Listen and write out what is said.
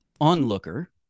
onlooker